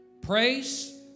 Praise